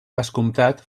vescomtat